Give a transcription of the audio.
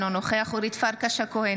אינו נוכח אורית פרקש הכהן,